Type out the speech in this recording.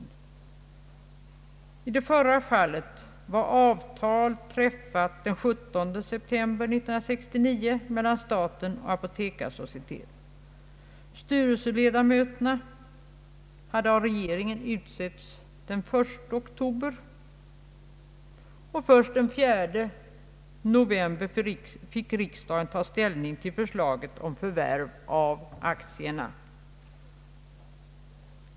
I det förra fallet var avtal träffat den 17 september 1969 mellan staten och Apotekarsocieteten. Styrelseledamöterna hade av regeringen utsetts den 1 oktober. Först den 4 november fick riksdagen ta ställning till förslaget om förvärv av aktierna.